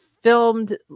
filmed